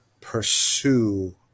pursue